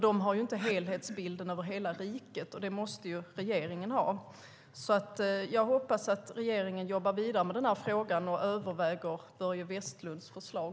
De har ju inte helhetsbilden över hela riket, och det måste ju regeringen ha. Jag hoppas att regeringen jobbar vidare med den här frågan och också överväger Börje Vestlunds förslag.